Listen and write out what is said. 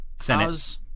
Senate